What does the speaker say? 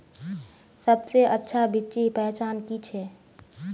सबसे अच्छा बिच्ची पहचान की छे?